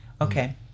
Okay